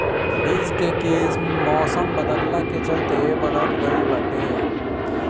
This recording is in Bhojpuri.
बीज कअ किस्म मौसम बदलला के चलते बदल गइल बाटे